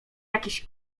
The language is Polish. jakiś